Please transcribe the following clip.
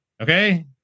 Okay